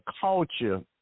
culture